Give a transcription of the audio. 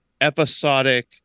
episodic